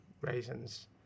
raisins